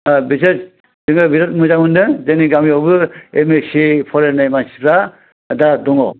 बिसोर जोङो बिराद मोजां मोन्दों जोंनि गामियावबो एम एस सि फरायनाय मानसिफ्रा दा दङ